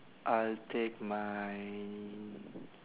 I'll take my